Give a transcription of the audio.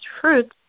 fruits